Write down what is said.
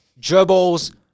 gerbils